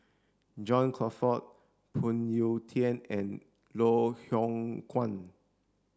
John Crawfurd Phoon Yew Tien and Loh Hoong Kwan